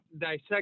dissect